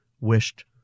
wished